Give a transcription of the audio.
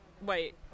Wait